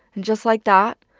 and just like that,